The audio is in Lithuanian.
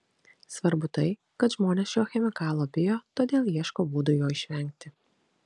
svarbu tai kad žmonės šio chemikalo bijo todėl ieško būdų jo išvengti